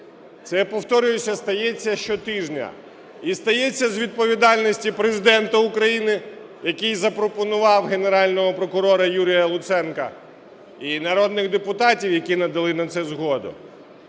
Це, повторююся, стається щотижня і стається з відповідальності Президента України, який запропонував Генерального прокурора Юрія Луценка, і народних депутатів, які надали на це згоду.